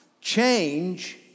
change